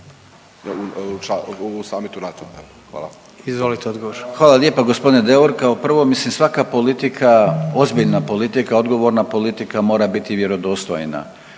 Radman, Gordan (HDZ)** Hvala lijepo gospodine Deur, kao prvo mislim svaka politika, ozbiljna politika, odgovorna politika mora biti vjerodostojna